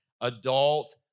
adult